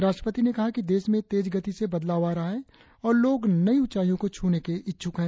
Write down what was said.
राष्ट्रपति ने कहा कि देश में तेज गति से बदलाव आ रहा है और लोग नई ऊचाईयों को छूने के इच्छुक है